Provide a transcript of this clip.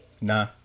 Nah